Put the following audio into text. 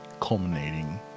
culminating